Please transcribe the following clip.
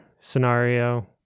scenario